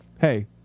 hey